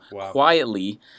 quietly